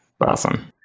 awesome